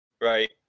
right